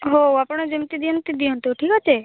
ହଉ ଆପଣ ଯେମିତି ଦିଅନ୍ତି ଦିଅନ୍ତୁ ଠିକ୍ ଅଛି